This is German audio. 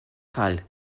fall